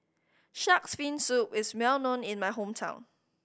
Shark's Fin Soup is well known in my hometown